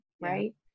right